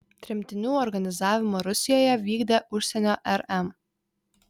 tremtinių organizavimą rusijoje vykdė užsienio rm